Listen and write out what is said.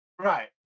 Right